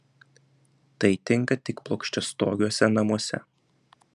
tai tinka tik plokščiastogiuose namuose